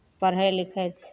पढ़ै लिखै छै